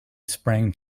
sprang